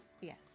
Yes